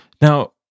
Now